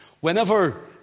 Whenever